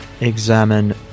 examine